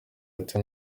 bati